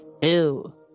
two